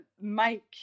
Mike